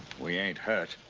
we ain't hurt.